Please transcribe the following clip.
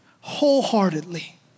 wholeheartedly